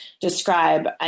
describe